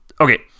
Okay